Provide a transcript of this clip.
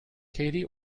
katie